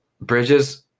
Bridges